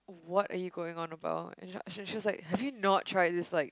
what are you going on about and she she was like have you not tried this like